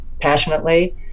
passionately